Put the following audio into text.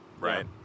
Right